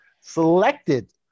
selected